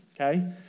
okay